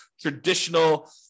traditional